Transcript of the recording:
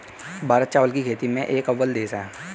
भारत चावल की खेती में एक अव्वल देश है